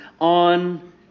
on